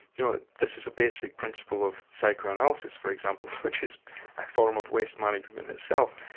you know, this is a basic principle of psychoanalysis for example, which is a form of waste management in itself.